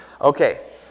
Okay